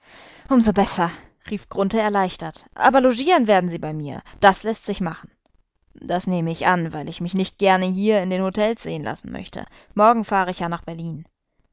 so besser rief grunthe erleichtert aber logieren werden sie bei mir das läßt sich machen das nehme ich an weil ich mich nicht gern hier in den hotels sehen lassen möchte morgen fahre ich ja nach berlin